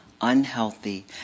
unhealthy